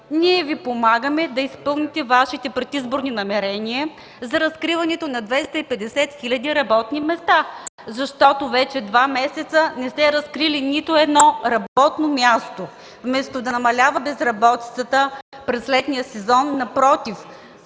ние Ви помагаме да изпълните Вашите предизборни намерения за разкриване на 250 хиляди работни места, защото вече два месеца не сте разкрили нито едно! Вместо да намалява безработицата през летния сезон, напротив,